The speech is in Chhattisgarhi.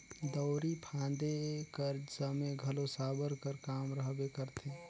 दउंरी फादे कर समे घलो साबर कर काम रहबे करथे